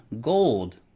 gold